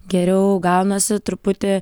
geriau gaunasi truputį